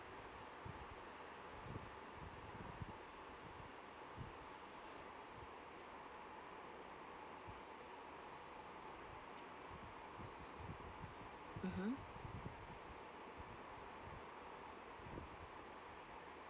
(uh huh)